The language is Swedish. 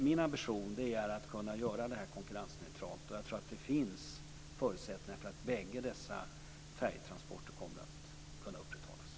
Min ambition är att göra detta konkurrensneutralt. Jag tror att det finns förutsättningar för att bägge dessa färjelinjer kommer att kunna upprätthållas.